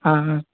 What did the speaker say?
ஆ ஆ